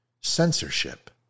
censorship